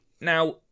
Now